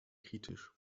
kritisch